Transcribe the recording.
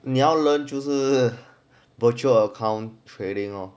你要 learn 就是 virtual account trading lor